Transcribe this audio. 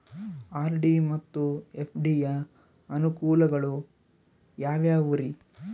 RD ಮತ್ತು FD ಯ ಅನುಕೂಲಗಳು ಯಾವ್ಯಾವುರಿ?